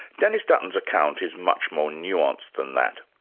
dennis dutton's account is much more nuanced than that.